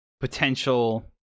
potential